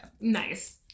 Nice